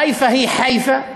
חיפה היא חיפה,